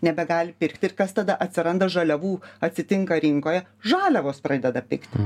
nebegali pirkti ir kas tada atsiranda žaliavų atsitinka rinkoje žaliavos pradeda pigti